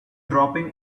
dropping